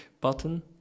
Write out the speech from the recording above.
button